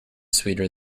sweeter